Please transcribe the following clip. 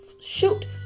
shoot